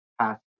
past